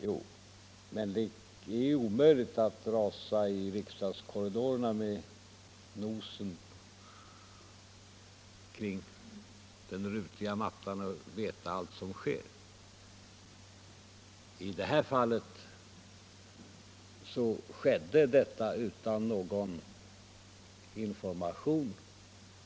Ja, men det är omöjligt att rasa runt i riksdagskorridorerna med nosen i den rutiga mattan och ta reda på allt som sker. Och om det som i detta fall skedde fick vi ingen information.